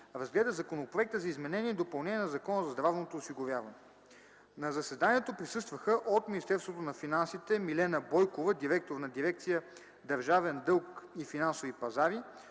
разгледа Законопроекта за изменение и допълнение на Закона за здравното осигуряване. На заседанието присъстваха: - от Министерството на финансите: Милена Бойкова – директор на дирекция „Държавен дълг и финансови пазари”,